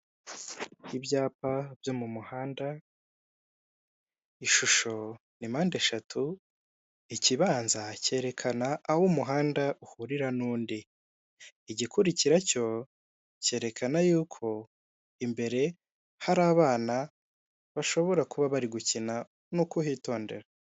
Urubuga rwitwa eni ero eyi cyangwa nashono landi otoriti, rwifashishwa muri repubulika y'u Rwanda, aho itanga ku buryo bwihuse amakuru y'ingenzi ku butaka.